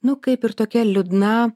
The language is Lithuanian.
nu kaip ir tokia liūdna